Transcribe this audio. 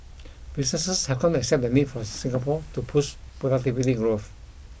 businesses have come to accept the need for Singapore to push productivity growth